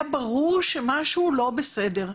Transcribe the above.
היה ברור שמשהו לא בסדר.